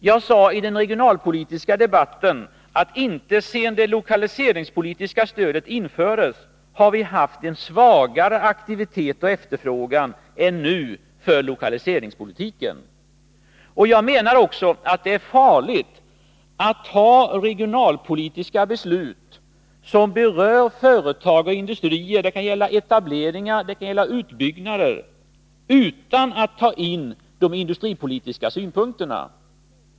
Jag sade i den regionalpolitiska debatten att vi inte sedan det lokaliseringspolitiska stödet infördes har haft en svagare aktivitet och efterfrågan än nu på lokaliseringspolitikens område. Jag menar också att det är farligt att ta regionalpolitiska beslut som berör företag och industrier — det kan gälla etableringar, det kan gälla utbyggnader — utan att ta in de industripolitiska synpunkterna.